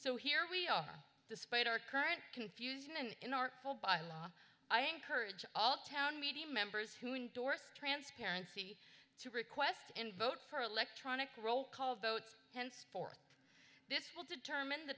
so here we are despite our current confusion and in artful by law i encourage all town media members who endorsed transparency to request and vote for electronic roll call vote henceforth this will determine the